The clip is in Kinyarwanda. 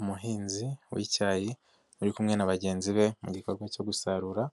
Umuhinzi w'icyayi uri kumwe na bagenzi be mu gikorwa cyo gusarura